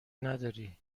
نداری